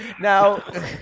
now